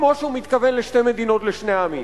כמו שהוא מתכוון לשתי מדינות לשני עמים.